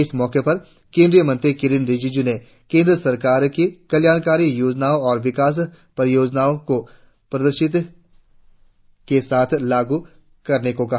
इस मौके पर केंद्रीय मंत्री किरेन रिजिजू ने केंद्र सरकार की कल्याणकारी योजनाओं और विकास परियोजनाओं को प्रारदर्शिता के साथ लागू करने को कहा